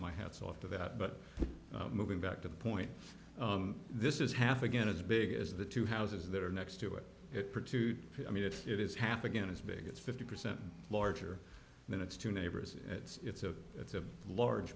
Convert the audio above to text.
my hats off to that but moving back to the point this is half again as big as the two houses that are next to it it produces i mean if it is half again as big as fifty percent larger minutes to neighbors it's a it's a large